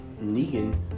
Negan